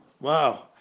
Wow